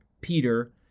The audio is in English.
Peter